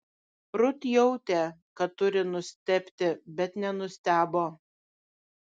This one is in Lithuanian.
rut jautė kad turi nustebti bet nenustebo